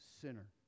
sinner